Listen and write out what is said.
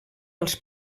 els